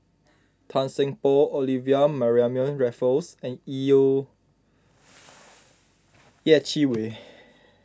Tan Seng Poh Olivia Mariamne Raffles and Yeh Chi Wei